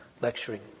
lecturing